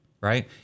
right